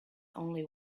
only